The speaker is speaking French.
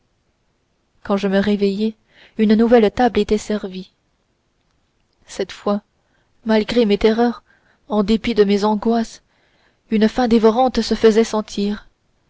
quand je me réveillai une nouvelle table était servie cette fois malgré mes terreurs en dépit de mes angoisses une faim dévorante se faisait sentir